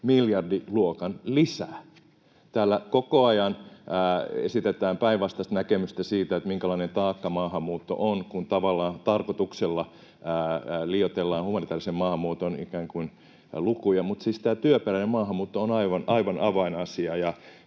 miljardiluokan lisää. Täällä koko ajan esitetään päinvastaista näkemystä siitä, minkälainen taakka maahanmuutto on, kun tavallaan tarkoituksella liioitellaan humanitäärisen maahanmuuton lukuja, mutta siis tämä työperäinen maahanmuutto on aivan avainasia.